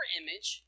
image